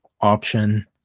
option